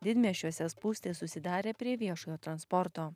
didmiesčiuose spūstys susidarė prie viešojo transporto